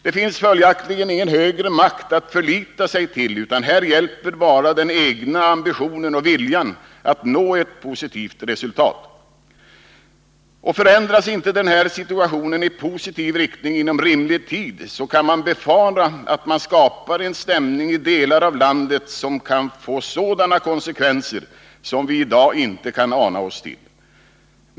Det finns följaktligen ingen högre makt att förlita sig till, utan här hjälper bara den egna ambitionen och viljan att nå ett positivt resultat. Förändras inte den här situationen i positiv riktning inom rimlig tid så kan man befara att det skapas en stämning i delar av landet som kan få sådana konsekvenser som vi i dag inte kan ana oss till.